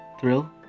thrill